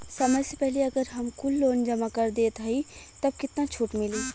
समय से पहिले अगर हम कुल लोन जमा कर देत हई तब कितना छूट मिली?